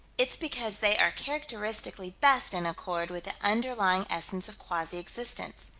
it's because they are characteristically best in accord with the underlying essence of quasi-existence.